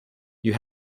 you